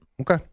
Okay